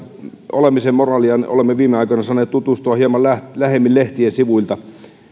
olemisen moraaliinne olemme viime aikoina saaneet tutustua hieman lähemmin lehtien sivuilta mutta